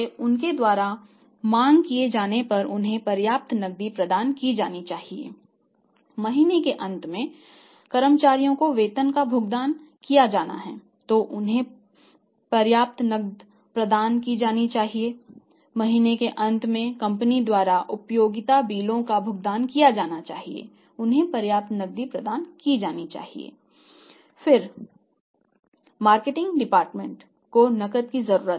इसके लिए cash management महत्वपूर्ण है